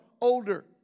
older